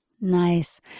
Nice